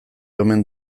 omen